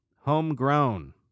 homegrown